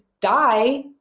die